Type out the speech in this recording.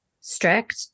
strict